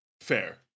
Fair